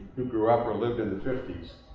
who grew up or lived in the fifty s.